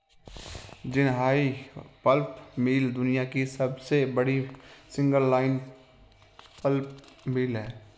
Jinhai pulp mill दुनिया की सबसे बड़ी सिंगल लाइन पल्प मिल है